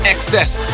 Excess